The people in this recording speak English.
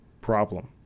problem